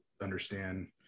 understand